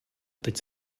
teď